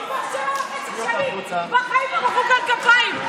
אני כבר שבע וחצי שנים, בחיים לא מחאו כאן כפיים.